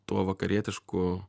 tuo vakarietišku